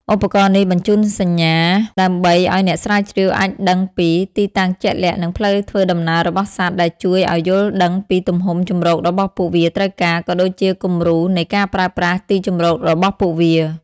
ឧបករណ៍នេះបញ្ជូនសញ្ញាដើម្បីឲ្យអ្នកស្រាវជ្រាវអាចដឹងពី ទីតាំងជាក់លាក់ និងផ្លូវធ្វើដំណើរ របស់សត្វ ដែលជួយឲ្យយល់ដឹងពីទំហំជម្រកដែលពួកវាត្រូវការ ក៏ដូចជាគំរូនៃការប្រើប្រាស់ទីជម្រករបស់ពួកវា។